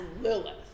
Lilith